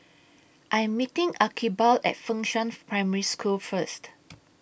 I Am meeting Archibald At Fengshan Primary School First